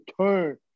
turn